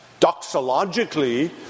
doxologically